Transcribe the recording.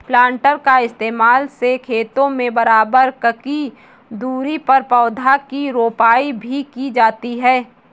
planter का इस्तेमाल से खेतों में बराबर ककी दूरी पर पौधा की रोपाई भी की जाती है